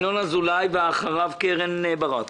ינון אזולאי ואחריו קרן ברק.